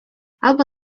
albo